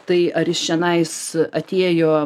tai ar jis čionais atėjo